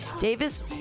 Davis